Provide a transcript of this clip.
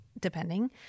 depending